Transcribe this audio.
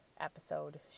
episode